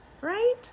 Right